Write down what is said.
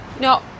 No